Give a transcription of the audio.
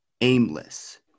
aimless